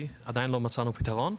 מצאנו פתרון,